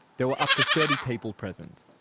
there were up to thirty people present.